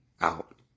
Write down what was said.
out